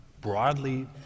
broadly